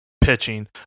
pitching